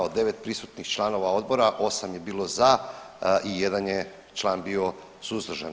Od 9 prisutnih članova odbora, 8 je bilo za i 1 je član bio suzdržan.